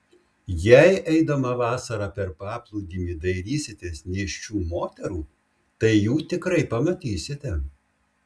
jei eidama vasarą per paplūdimį dairysitės nėščių moterų tai jų tikrai pamatysite